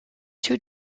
two